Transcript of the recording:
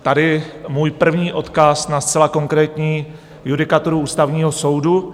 Tady můj první odkaz na zcela konkrétní judikaturu Ústavního soudu.